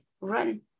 run